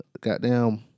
Goddamn